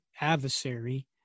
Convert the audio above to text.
adversary